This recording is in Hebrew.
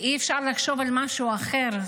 אי-אפשר לחשוב על משהו אחר.